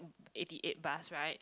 eighty eight bus right